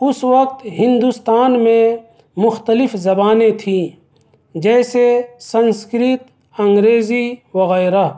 اس وقت ہندوستان میں مختلف زبانیں تھیں جیسے سنسکرت انگریزی وغیرہ